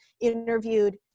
interviewed